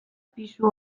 pisu